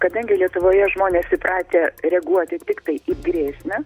kadangi lietuvoje žmonės įpratę reaguoti tiktai į grėsmę